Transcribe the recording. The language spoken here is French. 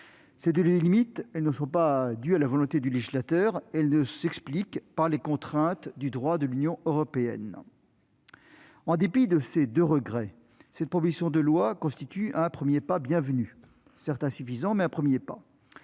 Ces deux limites ne sont pas dues à la volonté du législateur. Elles s'expliquent par les contraintes du droit de l'Union européenne. En dépit de ces deux regrets, cette proposition de loi constitue un premier pas, certes insuffisant, mais bienvenu.